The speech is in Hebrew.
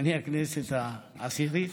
אני בכנסת העשירית,